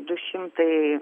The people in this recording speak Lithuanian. du šimtai